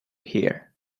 here